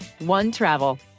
OneTravel